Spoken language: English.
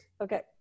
Okay